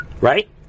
Right